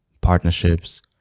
partnerships